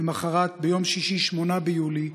למוחרת, ביום שישי, 10 ביולי,